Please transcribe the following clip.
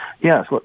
yes